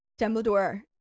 Dumbledore